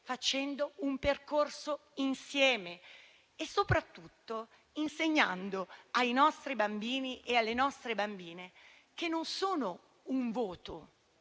facendo un percorso insieme e soprattutto insegnando ai nostri bambini e alle nostre bambine che non sono un voto,